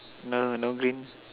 no no green